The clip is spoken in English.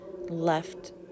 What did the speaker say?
left